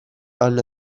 hanno